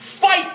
fight